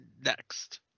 next